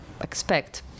expect